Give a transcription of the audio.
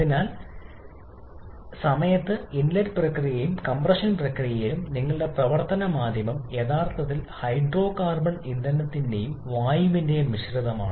അതിനാൽ സമയത്ത് ഇൻലെറ്റ് പ്രക്രിയയും കംപ്രഷൻ പ്രക്രിയയിലും നിങ്ങളുടെ പ്രവർത്തന മാധ്യമം യഥാർത്ഥത്തിൽ ഹൈഡ്രോകാർബൺ ഇന്ധനത്തിന്റെയും വായുവിന്റെയും മിശ്രിതം